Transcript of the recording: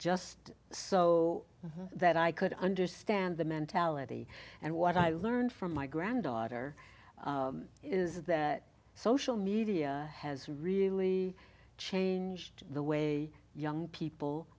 just so that i could understand the mentality and what i learned from my granddaughter is that social media has really changed the way young people